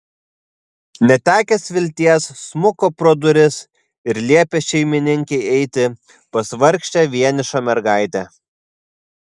netekęs vilties smuko pro duris ir liepė šeimininkei eiti pas vargšę vienišą mergaitę